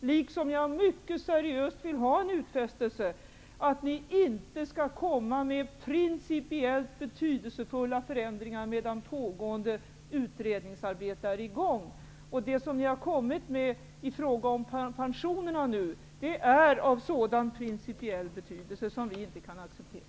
liksom jag mycket seriöst vill ha en utfästelse att ni inte skall komma med principiellt betydelsefulla förändringar medan utredningsarbete pågår. Det som ni har kommit med i fråga om pensionerna, är av sådan principiell betydelse att vi inte kan acceptera det.